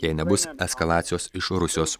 jei nebus eskalacijos iš rusijos